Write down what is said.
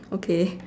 okay